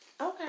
Okay